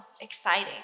exciting